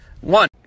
One